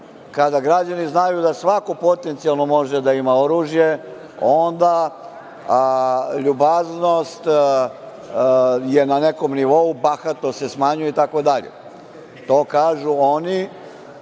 kada građani znaju da svako potencijalno može da ima oružje, onda ljubaznost je na nekom nivou, bahatost se smanjuje itd. To kažu oni